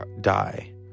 die